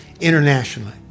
internationally